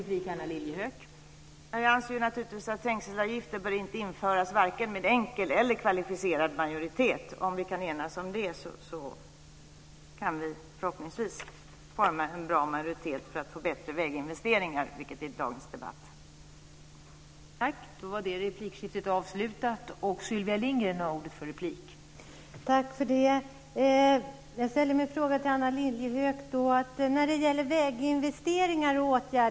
Fru talman! Jag anser naturligtvis att trängselavgifter inte bör införas med vare sig enkel eller kvalificerad majoritet. Om vi kan enas om det kan vi förhoppningsvis forma en bra majoritet för att få bättre väginvesteringar, vilket dagens debatt handlar om.